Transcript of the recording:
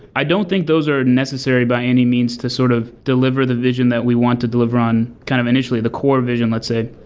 i don't think those are necessary by any means to sort of deliver the vision that we want to deliver on kind of time initially the core vision, let's say.